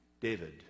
David